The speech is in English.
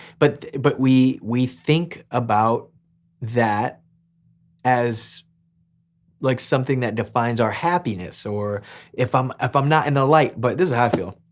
but but we we think about that as like something that defines our happiness, or if i'm if i'm not in the light, but this is how i feel,